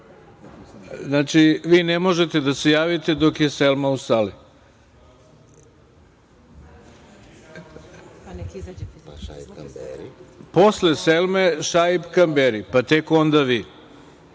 znači, vi ne možete da se javite dok je Selma u sali. Posle Selme Šaip Kamberi, pa tek onda